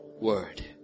word